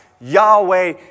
Yahweh